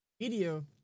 video